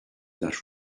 that